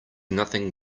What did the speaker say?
nothing